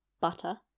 Butter